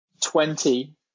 Twenty